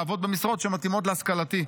לעבוד במשרות שמתאימות להשכלתי.